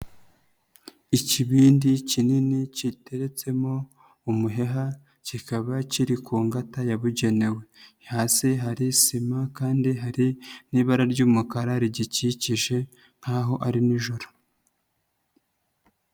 Ikibindi kinini kiteretsemo umuheha kikaba kiri ku ngata yabugenewe, hasi hari sima kandi hari n'ibara ry'umukara rigikikije nk'aho ari nijoro.